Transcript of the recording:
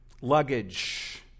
luggage